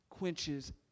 quenches